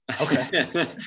okay